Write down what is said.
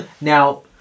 now